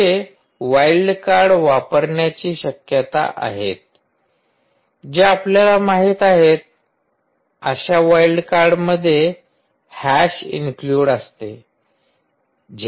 तेथे wild card वापरण्याच्या शक्यता आहेत जे आपल्याला माहित आहेत अशा वाईल्ड कार्ड मध्ये हॅश इन्क्लुड असते